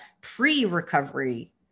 pre-recovery